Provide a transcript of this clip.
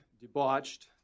debauched